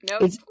Nope